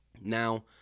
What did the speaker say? Now